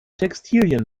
textilien